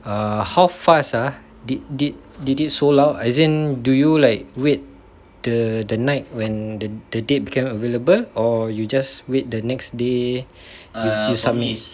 err how fast ah did did did sold out as in do you like wait the the night when the the date became available or you just wait the next day you submit